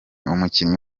umukinnyi